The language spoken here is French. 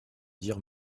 dire